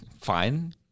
fine